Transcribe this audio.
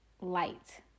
light